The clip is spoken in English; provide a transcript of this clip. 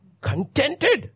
contented